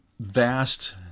vast